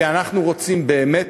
כי אנחנו רוצים באמת